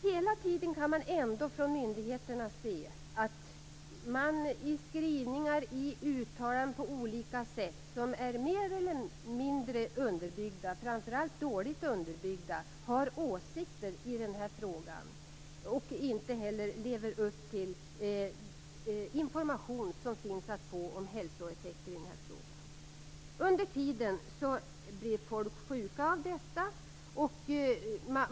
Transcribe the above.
Hela tiden kan man ändå se att myndigheterna i skrivningar, uttalanden och på olika mer eller mindre underbyggda sätt, framför allt dåligt underbyggda, har åsikter i den här frågan och inte heller lever upp till information som finns att få om hälsoeffekterna. Under tiden blir människor sjuka av detta.